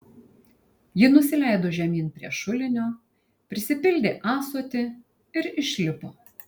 ji nusileido žemyn prie šulinio prisipildė ąsotį ir išlipo